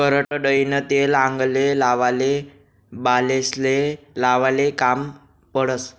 करडईनं तेल आंगले लावाले, बालेस्ले लावाले काम पडस